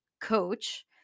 coach